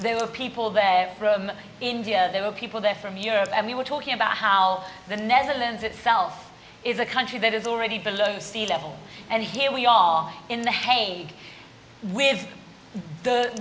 there were people there from india there were people there from europe and we were talking about how the netherlands itself is a country that is already below sea level and here we are in the hague with the